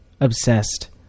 obsessed